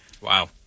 Wow